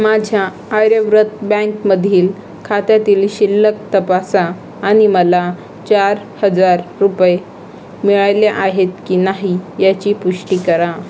माझ्या आर्यव्रत बँकमधील खात्यातील शिल्लक तपासा आणि मला चार हजार रुपये मिळाले आहेत की नाही याची पुष्टी करा